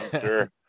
sure